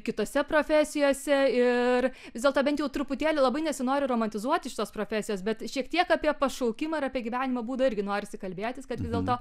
kitose profesijose ir vis dėlto bent jau truputėlį labai nesinori romantizuoti šitos profesijos bet šiek tiek apie pašaukimą ir apie gyvenimo būdą irgi norisi kalbėtis kad vis dėlto